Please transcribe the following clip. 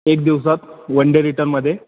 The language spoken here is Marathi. एक दिवसात वन डे रिटर्नमध्ये